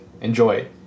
enjoy